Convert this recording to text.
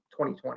2020